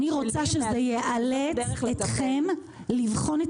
אני רוצה שזה יאלץ איתכם לבחון את